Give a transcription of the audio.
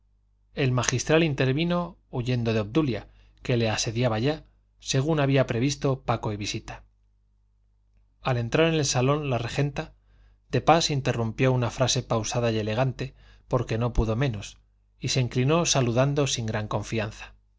el magistral intervino huyendo de obdulia que le asediaba ya según habían previsto paco y visita al entrar en el salón la regenta de pas interrumpió una frase pausada y elegante porque no pudo menos y se inclinó saludando sin gran confianza